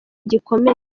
gikomeye